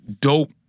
dope